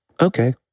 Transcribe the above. okay